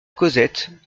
causette